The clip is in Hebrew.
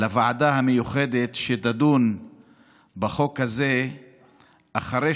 לוועדה המיוחדת שתדון בחוק הזה אחרי